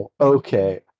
okay